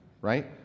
right